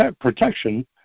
protection